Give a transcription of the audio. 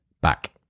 back